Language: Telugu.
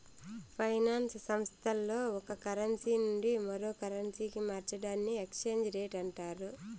ఫైనాన్స్ సంస్థల్లో ఒక కరెన్సీ నుండి మరో కరెన్సీకి మార్చడాన్ని ఎక్స్చేంజ్ రేట్ అంటారు